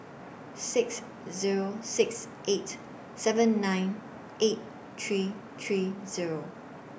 six Zero six eight seven nine eight three three Zero